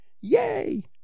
yay